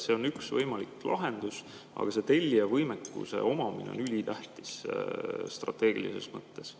See on üks võimalik lahendus, aga see tellija võimekuse omamine on ülitähtis, strateegilises mõttes.